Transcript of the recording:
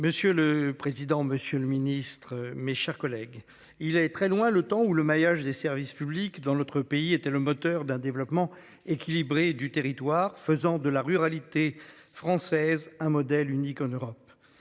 Monsieur le président, Monsieur le Ministre, mes chers collègues, il allait très loin le temps où le maillage des services publics dans notre pays était le moteur d'un développement équilibré du territoire faisant de la ruralité française, un modèle unique en Europe.